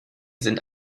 sind